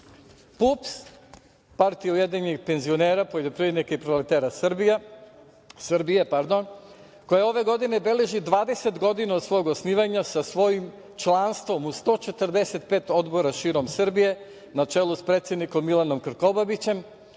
PUPS, Partija ujedinjenih penzionera, poljoprivrednika i proletera Srbije, koja ove godine beleži 20 godina od svog osnivanja sa svojim članstvom u 145 odbora širom Srbije na čelu sa predsednikom Milanom Krkobabićem